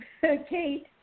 Kate